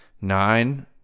nine